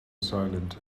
silent